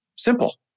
Simple